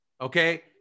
Okay